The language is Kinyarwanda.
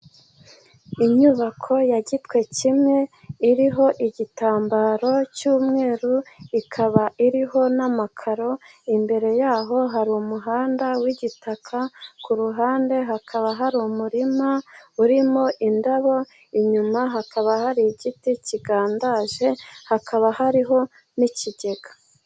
Inyubako ya gitwe kimwe iriho igitambaro cy'umweru, ikaba iriho n'amakaro. Imbere y'aho hari umuhanda w'igitaka, ku ruhande hakaba hari umurima urimo indabo, inyuma hakaba hari igiti kigandaje, hakaba hariho n'ikigega.